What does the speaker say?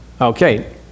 Okay